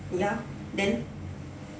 ya then